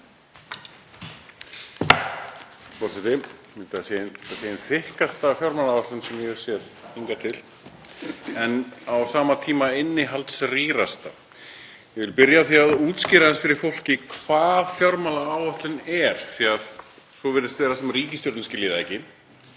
að þetta sé þykkasta fjármálaáætlun sem ég hef séð hingað til, en á sama tíma sú innihaldsrýrasta. Ég vil byrja á því að útskýra aðeins fyrir fólki hvað fjármálaáætlun er því að svo virðist vera sem ríkisstjórnin skilji það ekki.